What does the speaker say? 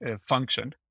function